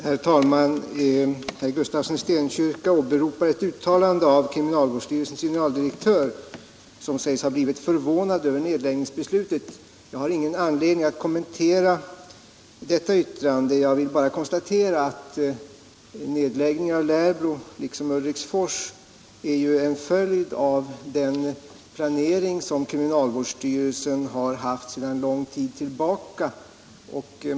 Herr talman! Herr Gustafsson i Stenkyrka åberopar ett uttalande av kriminalvårdsstyrelsens generaldirektör, som sägs ha blivit förvånad över nedläggningsbeslutet. Jag har ingen anledning att kommentera detta yttrande. Jag vill bara konstatera att nedläggningen av Lärbro liksom Ulriksfors är en följd av kriminalvårdsstyrelsens planering sedan lång tid tillbaka.